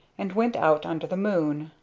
and went out under the moon.